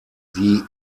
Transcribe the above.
die